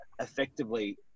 effectively